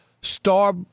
star